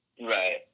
Right